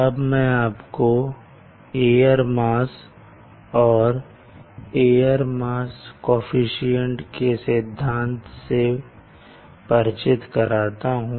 अब मैं आपको एयर मास और एयर मास कोअफिशन्ट के सिद्धांत से परिचित कराता हूं